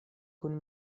kun